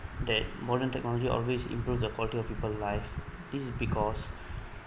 that modern technology always improve the quality of people life this is because